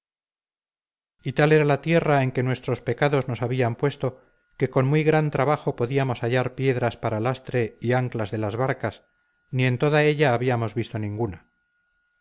y tal era la tierra en que nuestros pecados nos habían puesto que con muy gran trabajo podíamos hallar piedras para lastre y anclas de las barcas ni en toda ella habíamos visto ninguna